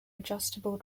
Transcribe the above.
adjustable